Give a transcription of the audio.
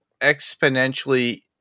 exponentially